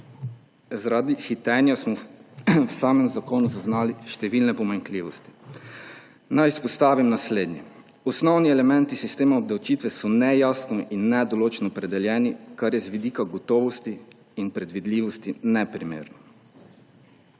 Zaradi hitenja smo v zakonu zaznali številne pomanjkljivosti. Naj izpostavim naslednje. Osnovni elementi sistema obdavčitve so nejasni in nedoločno opredeljeni, kar je z vidika gotovosti in predvidljivosti neprimerno.